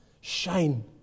shine